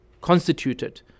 constituted